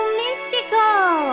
mystical